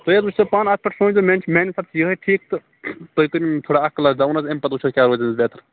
تُہۍ حظ وُچھ زیٚو پانہٕ اَتھ پیٚٹھ سونٛچ زیٚو میٛانہِ میٛانہِ حِسابہٕ چھُ یِہےَ ٹھیٖک تہٕ تُہۍ کٔرۍہوٗن یہِ تھوڑا اَکھ کلاس ڈَاوُن حظ امہِ پتہٕ وُچھو کیٛاہ روزیٚس بیٚہتر